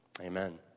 Amen